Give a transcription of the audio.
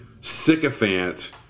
sycophant